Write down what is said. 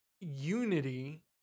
unity